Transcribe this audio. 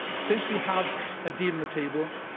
since we have a deal on the table,